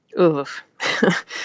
Oof